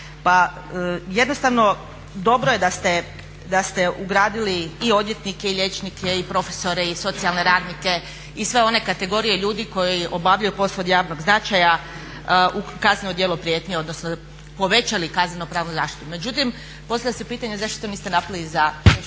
Jednostavno dobro je da ste ugradili i odvjetnike i liječnike i profesore i socijalne radnike i sve one kategorije ljudi koji obavljaju posao od javnog značaja u kazneno djelo prijetnje, odnosno povećali kazneno-pravnu zaštitu. Međutim, postavlja se pitanje zašto to niste napravili za